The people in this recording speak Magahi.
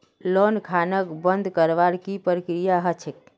लोन खाताक बंद करवार की प्रकिया ह छेक